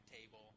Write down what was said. table